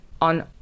On